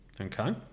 okay